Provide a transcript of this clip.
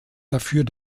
dafür